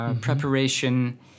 preparation